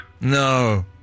No